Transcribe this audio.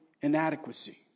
inadequacy